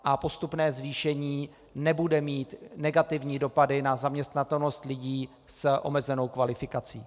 A postupné zvýšení nebude mít negativní dopady na zaměstnatelnost lidí s omezenou kvalifikací.